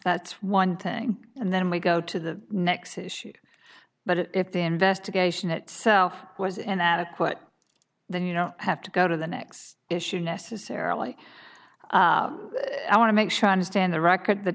that's one thing and then we go to the next issue but if the investigation itself was inadequate then you know have to go to the next issue necessarily i want to make sure i understand the record the